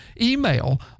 email